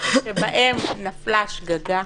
שבהם נפלה שגגה,